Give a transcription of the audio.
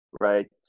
right